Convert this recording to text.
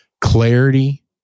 Clarity